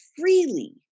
freely